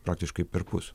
praktiškai perpus